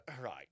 right